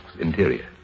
interior